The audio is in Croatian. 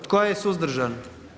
Tko je suzdržan?